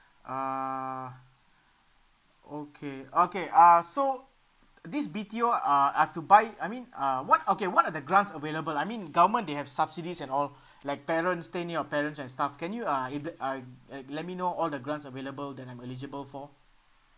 uh okay okay uh so this B_T_O uh I've to buy I mean uh what okay what are the grants available I mean government they have subsidies and all like parents stay near your parents and stuff can you uh if there uh uh let me know all the grants available that I'm eligible for